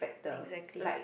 exactly